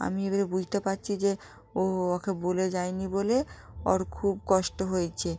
আমি এবারে বুঝতে পারছি যে ও ওকে বলে যাইনি বলে ওর খুব কষ্ট হয়েছে